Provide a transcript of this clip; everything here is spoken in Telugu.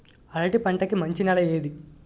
అరటి పంట కి మంచి నెల ఏది?